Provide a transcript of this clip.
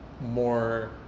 more